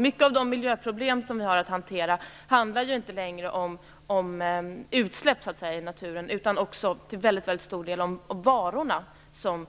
Många av de miljöproblem som vi har att hantera handlar inte längre om utsläpp i naturen utan till väldigt stor del om de varor som